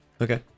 Okay